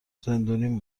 زندونیم